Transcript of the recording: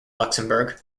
luxembourg